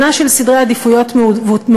שנה של סדרי עדיפויות מעוותים,